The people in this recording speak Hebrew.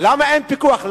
למה אין פיקוח?